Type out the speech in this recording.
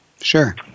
Sure